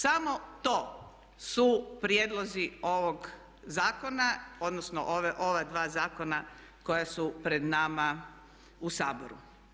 Samo to su prijedlozi ovog zakona, odnosno ova dva zakona koja su pred nama u Saboru.